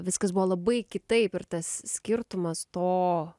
viskas buvo labai kitaip ir tas skirtumas to